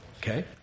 Okay